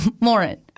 Lauren